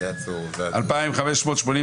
הצבעה